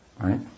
right